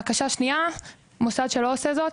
בקשה שנייה, מוסד שלא עושה זאת,